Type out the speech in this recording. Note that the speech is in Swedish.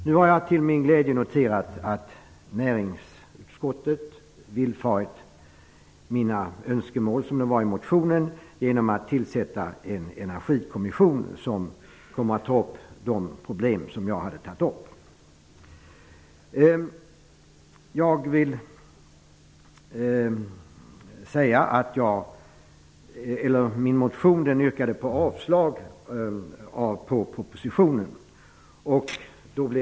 Nu har jag till min glädje noterat att näringsutskottet villfarit mina önskemål i motionen genom att tillsätta en energikommission för att behandla de problem som jag hade tagit upp. I min motion yrkade jag avslag på propositionen.